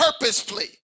purposefully